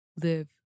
Live